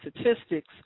statistics